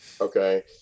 Okay